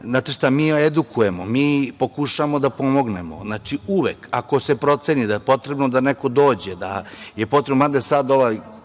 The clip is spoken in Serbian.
znate šta mi edukujemo mi pokušavamo da pomognemo. Znači uvek, ako se proceni da je potrebno da neko dođe, da je potrebno, mada sada je